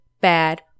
bad